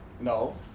No